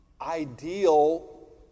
ideal